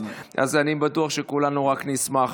אני בטוח שכולנו רק נשמח,